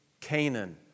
Canaan